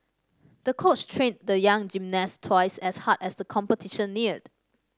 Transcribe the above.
the coach trained the young gymnast twice as hard as the competition neared